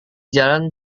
jalanan